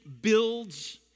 builds